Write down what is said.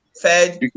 fed